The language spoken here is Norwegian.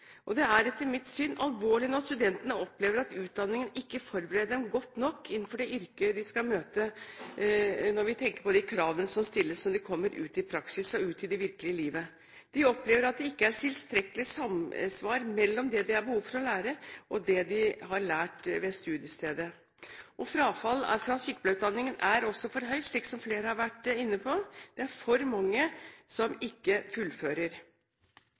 Det er etter mitt syn alvorlig når studentene opplever at utdanningen ikke forbereder dem godt nok til det yrket de skal møte, når vi tenker på de kravene som stilles når de kommer ut i praksis og ut i det virkelige livet. De opplever at det ikke er tilstrekkelig samsvar mellom det de har behov for å lære, og det de har lært ved studiestedet. Frafallet fra sykepleierutdanningen er også for høyt, slik flere har vært inne på. Det er for mange som ikke fullfører.